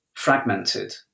Fragmented